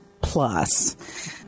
plus